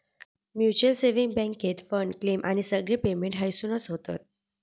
mutual saving बॅन्केत fund, claim आणि सगळे पेमेंट हयसूनच होतत